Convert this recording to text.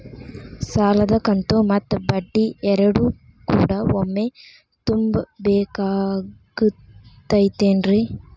ಸಾಲದ ಕಂತು ಮತ್ತ ಬಡ್ಡಿ ಎರಡು ಕೂಡ ಒಮ್ಮೆ ತುಂಬ ಬೇಕಾಗ್ ತೈತೇನ್ರಿ?